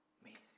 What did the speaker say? Amazing